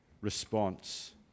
response